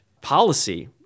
policy